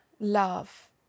love